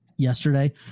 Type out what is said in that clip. yesterday